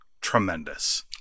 tremendous